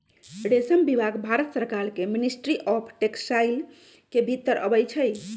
रेशम विभाग भारत सरकार के मिनिस्ट्री ऑफ टेक्सटाइल के भितर अबई छइ